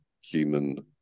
human